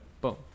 Boom